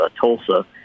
Tulsa